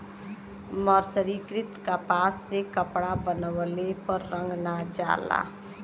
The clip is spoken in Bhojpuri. मर्सरीकृत कपास से कपड़ा बनवले पर रंग ना जाला